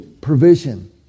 provision